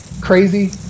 crazy